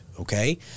okay